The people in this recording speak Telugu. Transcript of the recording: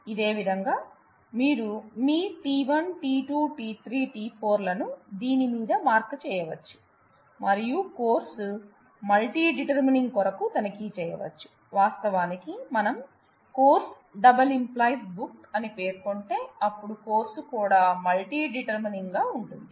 ఇదే విధంగా మీరు మీ t1 t2 t3 t4 లను దీని మీద మార్క్ చేయవచ్చు మరియు కోర్సు మల్టీ డిటర్మినింగ్ కొరకు తనిఖీ చేయవచ్చు వాస్తవానికి మనం course →→ book అని పేర్కొంటే అప్పుడు కోర్సు కూడా మల్టీ డిటర్మినింగ్ గా ఉంటుంది